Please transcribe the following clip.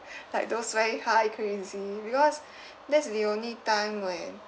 like those very high crazy because that's the only time when